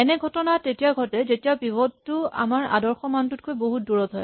এনে ঘটনা তেতিয়া ঘটে যেতিয়া পিভট টো আমাৰ আদৰ্শ মানটোতকৈ বহুত দূৰত হয়